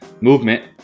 Movement